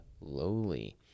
lowly